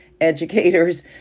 educators